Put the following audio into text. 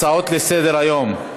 הצעות לסדר-היום.